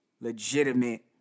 legitimate